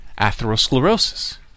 atherosclerosis